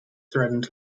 threatened